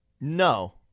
No